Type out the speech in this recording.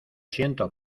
siento